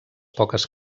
poques